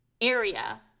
area